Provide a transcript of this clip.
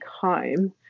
home